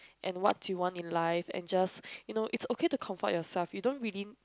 and what you want in life and just you know it's okay to comfort yourself you don't really